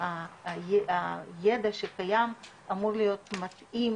הידע שקיים אמור להיות מתאים